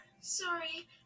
Sorry